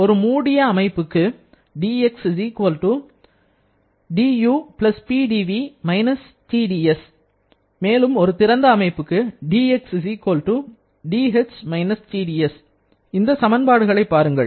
ஒரு மூடிய அமைப்புக்கு dX dU PdV − TdS மேலும் ஒரு திறந்த அமைப்புக்கு dX dH − TdS இந்த சமன்பாடுகளை பாருங்கள்